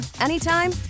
anytime